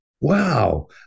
Wow